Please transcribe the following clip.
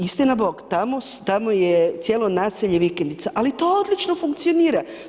Istina bog, tamo je cijelo naselje vikendica, ali to odlično funkcionira.